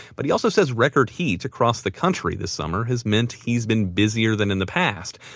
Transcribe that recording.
but he also said record heat across the country this summer has meant he's been busier than in the past.